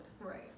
Right